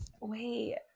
wait